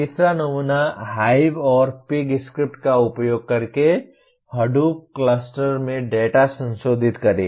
तीसरा नमूना हाइव और पिग स्क्रिप्ट का उपयोग करके हडूप क्लस्टर में डेटा संसोधित करें